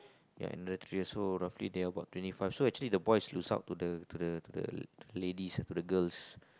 ya another three years roughly they are about twenty five so actually the boys lose out to the to the to the ladies ah to the girls